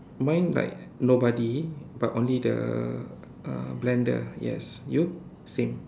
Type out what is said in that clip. mine like nobody but only the uh blender yes you same